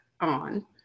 on